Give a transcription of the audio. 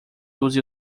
use